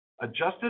Adjusted